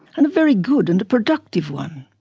and a very good and productive one,